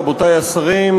רבותי השרים,